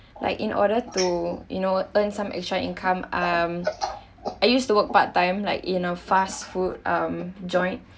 like in order to you know earn some extra income um I used to work part-time like in a fast food um joint